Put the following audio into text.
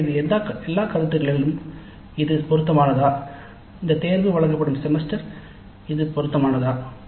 எனவே இந்த எல்லா கருத்திலிருந்தும் "இது பொருத்தமானதா இந்தத் தேர்வு வழங்கப்படும் செமஸ்டர் இது பொருத்தமானதா